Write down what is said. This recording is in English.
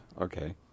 Okay